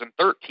2013